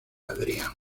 adrián